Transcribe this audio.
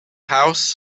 house